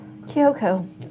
Kyoko